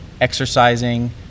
exercising